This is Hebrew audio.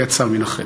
ויצא מן החדר.